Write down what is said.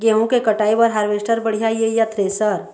गेहूं के कटाई बर हारवेस्टर बढ़िया ये या थ्रेसर?